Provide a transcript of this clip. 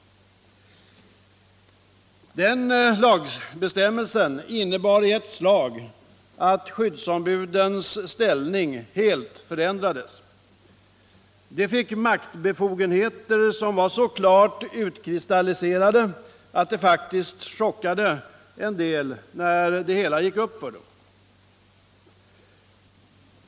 Denna lagbestämmelse innebar i ett slag att skyddsombudens ställning helt förändrades. De fick maktbefogenheter som var så klart utkristalliserade att det faktiskt chockade en del när det gick upp för dem.